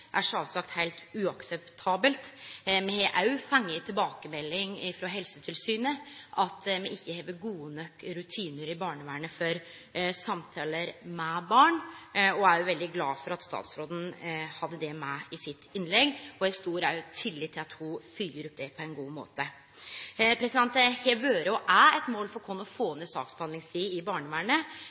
er sjølvsagt heilt uakseptabelt. Me har òg fått tilbakemelding frå Helsetilsynet om at me ikkje har gode nok rutinar i barnevernet for samtaler med barn, og eg er veldig glad for at statsråden hadde med det i innlegget sitt, og eg har stor tillit til at ho følgjer det opp på ein god måte. Det har vore – og er – eit mål for oss å få ned saksbehandlingstida i barnevernet,